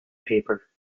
paper